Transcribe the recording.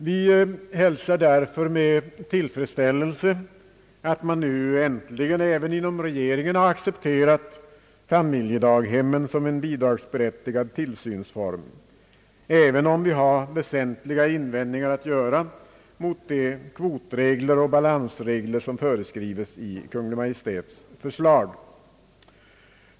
Vi hälsar därför med tillfredsställelse att även regeringen äntligen har accepterat familjedaghemmen som en bidragsberättigad tillsynsform, även om vi har väsentliga invändningar att göra mot de kvotoch balansregler som föreskrives i Kungl. Maj:ts förslag.